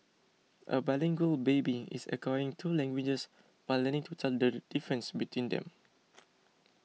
a bilingual baby is acquiring two languages while learning to tell the difference between them